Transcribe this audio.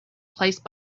replaced